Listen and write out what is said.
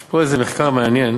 יש פה איזה מחקר מעניין.